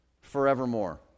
forevermore